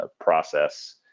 process